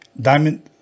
Diamond